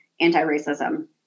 anti-racism